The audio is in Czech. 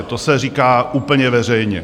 To se říká úplně veřejně.